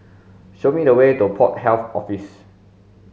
show me the way to Port Health Office